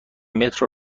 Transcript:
متر